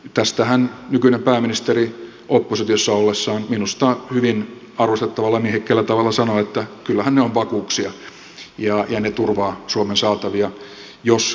tästähän nykyinen pääministeri oppositiossa ollessaan minusta hyvin arvostettavalla miehekkäällä tavalla sanoi että kyllähän ne ovat vakuuksia ja ne turvaavat suomen saatavia jos kreikka on maksukyvytön